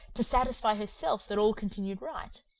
to satisfy herself that all continued right,